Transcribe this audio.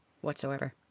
whatsoever